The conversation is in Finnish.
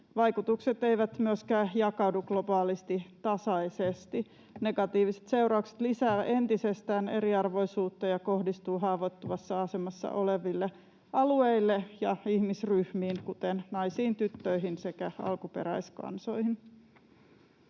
Vaikutukset eivät myöskään jakaudu globaalisti tasaisesti. Negatiiviset seuraukset lisäävät entisestään eriarvoisuutta ja kohdistuvat haavoittuvassa asemassa oleviin alueisiin ja ihmisryhmiin, kuten naisiin, tyttöihin sekä alkuperäiskansoihin.